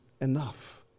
enough